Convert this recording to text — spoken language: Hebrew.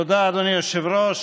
תודה, אדוני היושב-ראש.